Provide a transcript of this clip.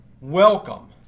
welcome